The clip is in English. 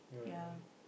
ya